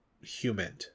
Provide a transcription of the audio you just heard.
human